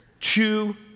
Two